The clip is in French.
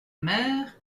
maire